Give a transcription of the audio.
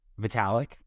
Vitalik